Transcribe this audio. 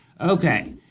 Okay